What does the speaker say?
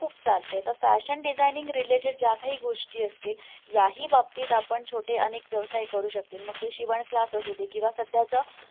खूप चालते तर फॅशन डिझायनिंग रिलेटेड ज्या काही गोष्टी असतील याही बाबतीत आपण छोटे अनेक व्यवसाय करू शकतील मग ते शिवणक्लास असू दे किंवा सध्याचं